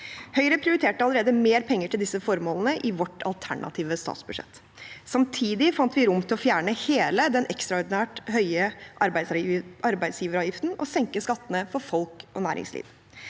Høyre prioriterte allerede mer penger til disse formålene i sitt alternative statsbudsjett. Samtidig fant vi rom til å fjerne hele den ekstraordinært høye arbeidsgiveravgiften og senke skattene for folk og næringsliv.